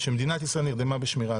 שמדינת ישראל נרדמה בשמירה.